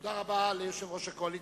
תודה רבה ליושב-ראש הקואליציה,